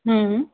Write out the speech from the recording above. हम्म्